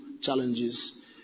challenges